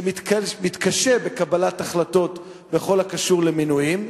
שמתקשה בקבלת החלטות בכל הקשור למינויים.